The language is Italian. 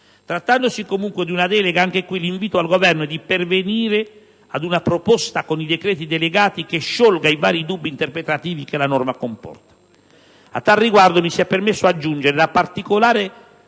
trattandosi comunque di una delega, anche in questo caso l'invito al Governo è di pervenire ad una proposta con i decreti delegati che sciolga i vari dubbi interpretativi che la norma comporta. A tal riguardo, mi sia permesso aggiungere la particolare